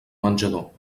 menjador